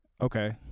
okay